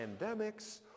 pandemics